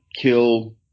kill